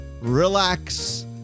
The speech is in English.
relax